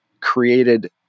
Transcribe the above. created